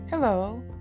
Hello